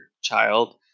child